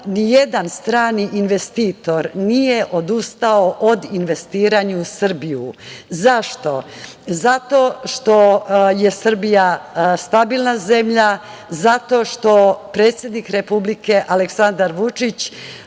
nijedan strani investitor nije odustao od investiranja u Srbiju. Zašto? Zato što je Srbija stabilna zemlja, zato što predsednik Republike Aleksandar Vučić